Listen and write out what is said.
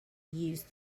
use